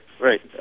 Right